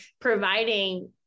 providing